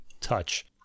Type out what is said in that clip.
touch